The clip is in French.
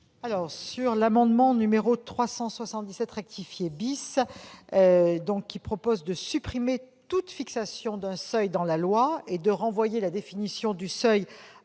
? L'amendement n° 377 rectifié vise à supprimer toute fixation d'un seuil dans la loi et à renvoyer la définition du seuil